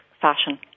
fashion